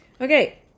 Okay